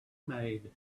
made